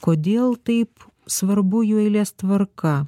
kodėl taip svarbu jų eilės tvarka